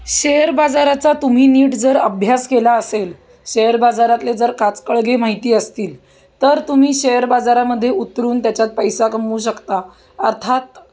share बाजाराचा तुम्ही नीट जर अभ्यास केला असेल शेअर बाजारातले जर खाचखळगे माहिती असतील तर तुम्ही शेअर बाजारामध्ये उतरून त्याच्यात पैसा कमवू शकता अर्थात